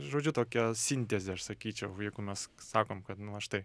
žodžiu tokia sintezė aš sakyčiau jeigu mes sakom kad nu va štai